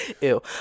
ew